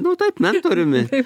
nu taip mentoriumi